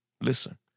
Listen